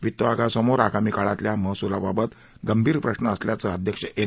वित्त आयोगासमोर आगामी काळातल्या महसूलाबाबत गंभीर प्रश्र असल्याचं अध्यक्ष एन